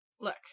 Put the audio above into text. look